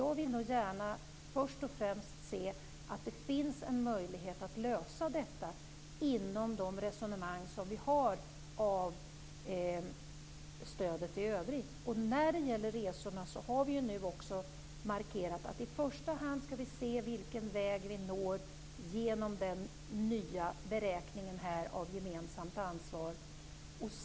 Jag vill nog gärna först och främst se om det finns en möjlighet att lösa frågan under de resonemang som vi för om stödet i övrigt. När det gäller resorna har vi nu också markerat att vi i första hand skall se vart vi når genom den nya beräkningen av gemensamt ansvar.